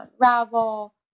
unravel